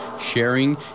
sharing